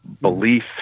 belief